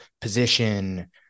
position